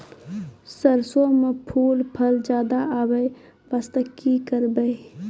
सरसों म फूल फल ज्यादा आबै बास्ते कि करबै?